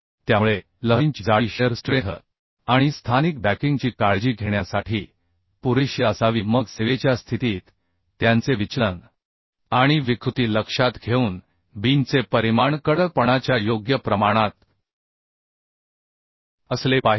त्यामुळे लहरींची जाडी शिअर स्ट्रेंथ आणि स्थानिक बॅकिंग ची काळजी घेण्यासाठी पुरेशी असावी मग सेवेच्या स्थितीत त्यांचे विचलन आणि विकृती लक्षात घेऊन बीमचे परिमाण कडकपणाच्या योग्य प्रमाणात असले पाहिजे